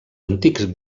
antics